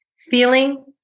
feeling